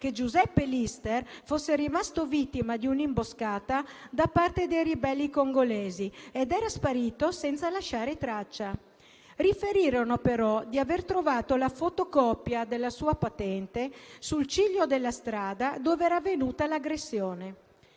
che Giuseppe Lister fosse rimasto vittima di un'imboscata da parte dei ribelli congolesi e che era sparito senza lasciare traccia. Riferirono però di aver trovato la fotocopia della sua patente sul ciglio della strada dove era venuta l'aggressione.